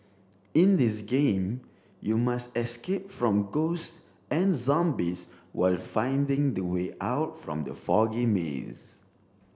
in this game you must escape from ghosts and zombies while finding the way out from the foggy maze